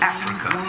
Africa